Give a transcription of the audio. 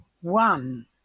one